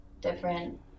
different